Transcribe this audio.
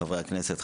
חברי הכנסת,